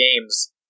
games